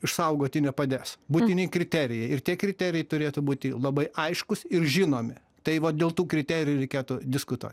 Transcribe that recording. išsaugoti nepadės būtini kriterijai ir tie kriterijai turėtų būti labai aiškūs ir žinomi tai vat dėl tų kriterijų reikėtų diskutuot